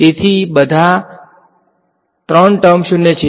તેથી બધા ત્રણ ટર્મ 0 છે